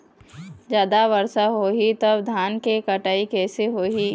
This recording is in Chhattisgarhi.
जादा वर्षा होही तब धान के कटाई कैसे होही?